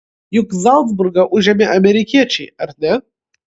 juk zalcburgą užėmė amerikiečiai ar ne